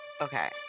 Okay